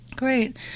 Great